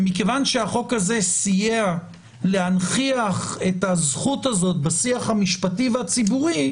ומכיוון שהחוק הזה סייע להנכיח את הזכות הזאת בשיח המשפטי והציבורי,